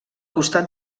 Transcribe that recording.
costat